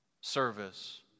service